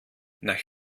nach